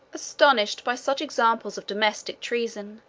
astonished by such examples of domestic treason,